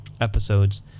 episodes